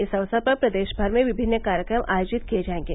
इस अवसर पर प्रदेश भर में विभिन्न कार्यक्रम आयोजित किये जायेंगे